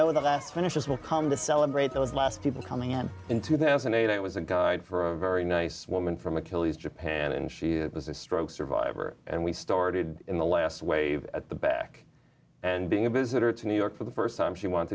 know that that's when issues will come to celebrate those last people coming out in two thousand and eight it was a guide for a very nice woman from achilles japan and she was a stroke survivor and we started in the last wave at the back and being a visitor to new york for the st time she